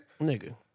nigga